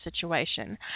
situation